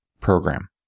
program